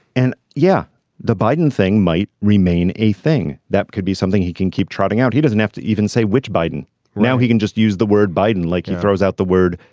and yeah the biden thing might remain a thing that could be something he can keep trotting out. he doesn't have to even say which biden now he can just use the word biden like and throws out the word.